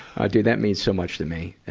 ah dude, that means so much to me.